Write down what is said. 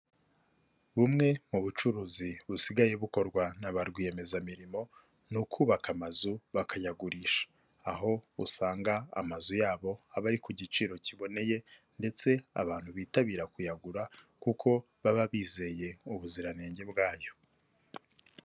Bumwe mu bucuruzi busigaye bukorwa naba rwiyemezamirimo, ni ukubaka amazu bakayagurisha. Aho usanga amazu yabo aba ari ku giciro kiboneye, ndetse abantu bitabira kuyagura kuko baba bizeye ubuziranenge bwayo.